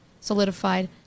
solidified